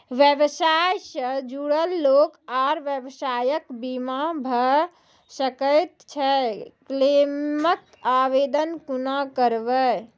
व्यवसाय सॅ जुड़ल लोक आर व्यवसायक बीमा भऽ सकैत छै? क्लेमक आवेदन कुना करवै?